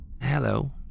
Hello